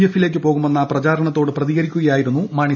എഫിലേക്കു പോകുമെന്ന പ്രചർണ്ടത്തോടു പ്രതികരിക്കുകയായിരുന്നു മാണി